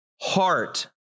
heart